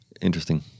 interesting